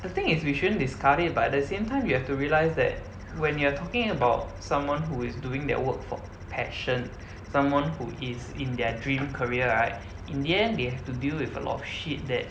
the thing is we shouldn't discard it but at the same time you have to realise that when you are talking about someone who is doing their work for passion someone who is in their dream career right in the end they have to deal with a lot of shit that